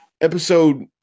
Episode